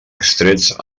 extrets